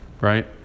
right